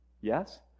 yes